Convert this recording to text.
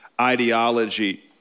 ideology